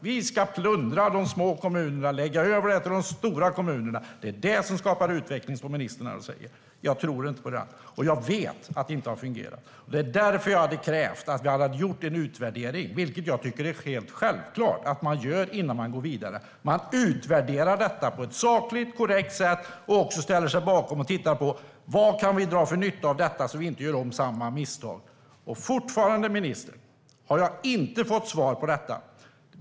Vi ska plundra de små kommunerna och lägga över det på de stora kommunerna. Det är det som skapar utveckling, säger ministern. Jag tror inte på det, och jag vet att det inte har fungerat. Därför har jag krävt att vi skulle göra en utvärdering. Jag tycker att det är helt självklart att man gör det innan man går vidare. Man utvärderar detta på ett sakligt och korrekt sätt och ser vad man kan dra för nytta av det, så att man inte gör om samma misstag. Fortfarande har jag inte fått något svar på detta från ministern.